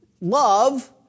love